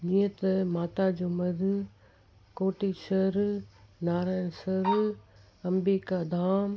जीअं त माता जो मढ़ कोटेश्वर नारायण सरोवर अंबिका धाम